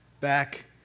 back